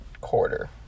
quarter